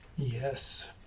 Yes